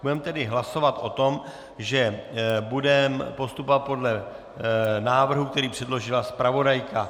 Budeme tedy hlasovat o tom, že budeme postupovat podle návrhu, který předložila zpravodajka.